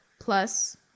plus